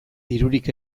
dirurik